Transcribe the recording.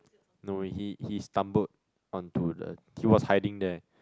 no he he stumbled onto the he was hiding there